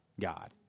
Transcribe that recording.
God